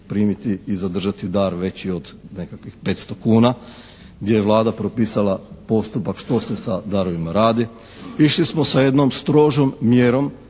primiti i zadržati dar veći od nekakvih 500 kuna gdje je Vlada propisala postupak što se sa darovima radi. Išli smo sa jednom strožom mjerom